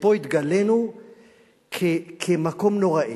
ופה התגלינו כמקום נוראי.